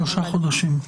שלושה חודשים.